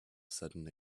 sudden